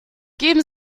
geben